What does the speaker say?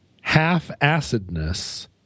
half-acidness